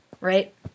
right